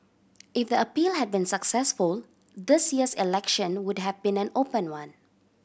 if the appeal had been successful this year's election would have been an open one